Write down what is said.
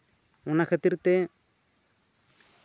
ᱚᱱᱟ ᱠᱷᱟᱹᱛᱤᱨ ᱛᱮ